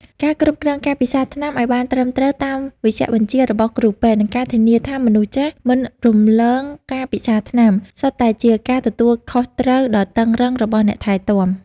ការគ្រប់គ្រងការពិសាថ្នាំឱ្យបានត្រឹមត្រូវតាមវេជ្ជបញ្ជារបស់គ្រូពេទ្យ និងការធានាថាមនុស្សចាស់មិនរំលងការពិសាថ្នាំ សុទ្ធតែជាការទទួលខុសត្រូវដ៏តឹងរ៉ឹងរបស់អ្នកថែទាំ។